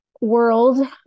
world